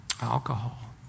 alcohol